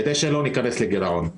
כדי שלא ניכנס לגירעון.